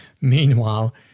meanwhile